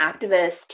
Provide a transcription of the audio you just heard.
activist